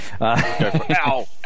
Ow